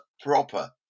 proper